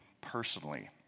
personally